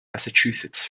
massachusetts